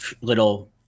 little